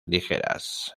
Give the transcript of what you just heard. ligeras